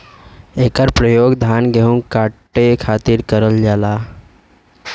इकर परयोग धान गेहू काटे खातिर करल जाला